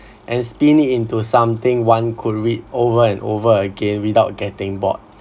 and spin it into something one could read over and over again without getting bored